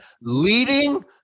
Leading